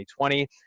2020